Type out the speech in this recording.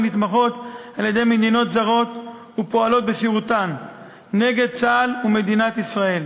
הנתמכות על-ידי מדינות זרות ופועלות בשירותן נגד צה"ל ומדינת ישראל,